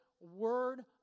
word